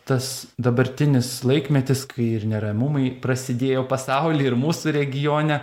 tas dabartinis laikmetis kai ir neramumai prasidėjo pasauly ir mūsų regione